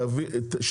בסדר,